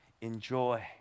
enjoy